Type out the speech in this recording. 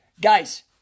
guys